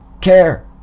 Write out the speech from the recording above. Care